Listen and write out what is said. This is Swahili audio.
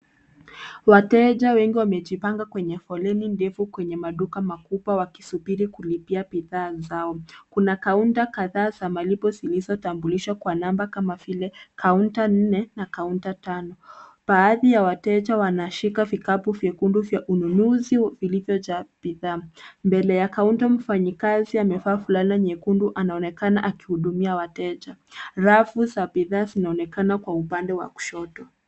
Wateja wengi wamejipanga kwenye foleni ndefu kwenye maduka makubwa wakisubiri kulipia bidhaa zao. Kuna kaunta kadhaa za malipo zilizotambulishwa kwa namba kama vile: kaunta nne, na kaunta tano. Baadhi ya wateja wanashika vikapu vyekundu vya ununuzi vilivyojaa bidhaa. Mbele ya kaunta mfanyikazi amevaa fulana nyekundu anaonekana akihudumia wateja. Rafu za bidhaa zinaonekana kwa upande wa kushoto.